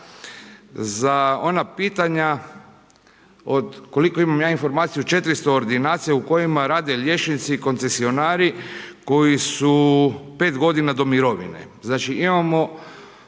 za ona pitanja od, koliko imam ja informaciju 400 ordinacija u kojima liječnici koncesionari koji su 5 godina do mirovine. Znači, imamo